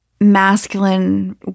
masculine